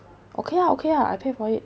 okay lah okay lah I pay for it